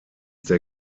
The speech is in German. der